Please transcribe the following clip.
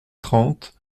trente